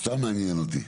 סתם מעניין אותי.